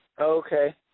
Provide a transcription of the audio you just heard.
Okay